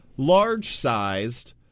large-sized